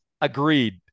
Agreed